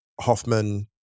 Hoffman